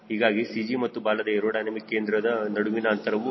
ಹೀಗಾಗಿ CG ಮತ್ತು ಬಾಲದ ಏರೋಡೈನಮಿಕ್ ಕೇಂದ್ರದ ನಡುವಿನ ಅಂತರವು 0